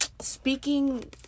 speaking